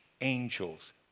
angels